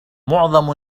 معظم